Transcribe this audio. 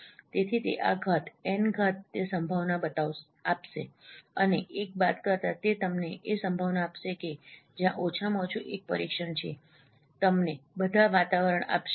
તેથી તે આ ઘાત N ઘાત તે સંભાવના આપશે અને 1 બાદ કરતા તે તમને એ સંભાવના આપશે કે જ્યાં ઓછામાં ઓછું એક પરીક્ષણ છે તમને બધા વાતાવરણ આપશે